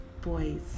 boys